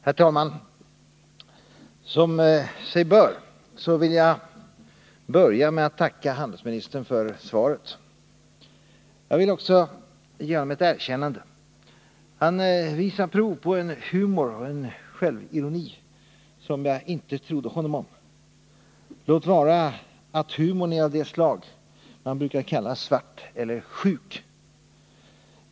Herr talman! Som sig bör vill jag börja med att tacka handelsministern för svaret. Jag vill också ge honom ett erkännande. Han visade prov på en humor och en självironi som jag inte trodde honom om, låt vara att humorn är av det slag man brukar kalla svart eller sjuk.